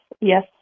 yes